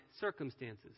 circumstances